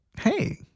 hey